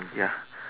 ya